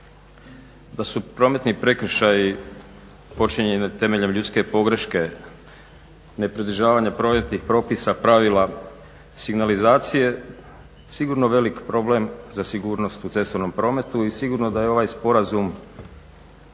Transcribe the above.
da su prometni prekršaji počinjeni temeljem ljudske pogreške, nepridržavanje prometnih propisa, pravila signalizacije sigurno veliki problem za sigurnost u cestovnom prometu i sigurno da je ovaj sporazum